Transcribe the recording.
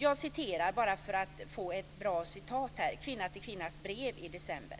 Jag citerar ur Kvinna till kvinnas brev i december: